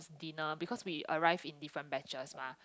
dinner because we arrive in different batches mah